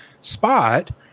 spot